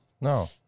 No